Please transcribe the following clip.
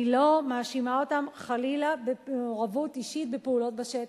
אני לא מאשימה אותם חלילה במעורבות אישית בפעולות בשטח,